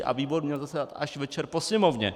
A výbor měl zasedat až večer po Sněmovně.